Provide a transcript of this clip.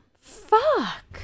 Fuck